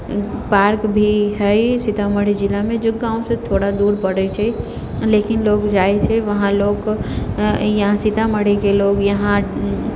park भी है सीतामढ़ी जिलामे जे गाँवसँ थोड़ा दूर पड़ै छै लेकिन लोक जाइ छै वहाँ लोक यहाँ सीतामढ़ीके लोक यहाँ